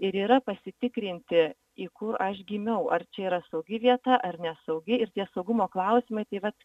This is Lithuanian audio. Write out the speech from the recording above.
ir yra pasitikrinti į kur aš gimiau ar čia yra saugi vieta ar nesaugi ir tie saugumo klausimai tai vat